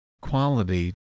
quality